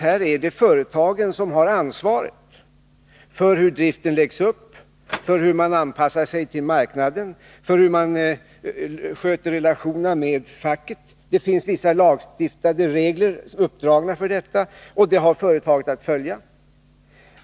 Här är det företagen som har ansvar för hur driften läggs upp, för hur den anpassar sig till marknaden, för hur man sköter relationerna med facket. Det finns vissa lagstiftade regler uppdragna för detta, och dem har företagen att följa.